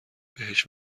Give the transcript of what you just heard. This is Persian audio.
بهش